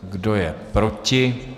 Kdo je proti?